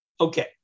Okay